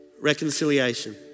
reconciliation